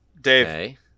Dave